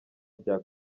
bya